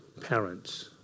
parents